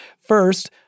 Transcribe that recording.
First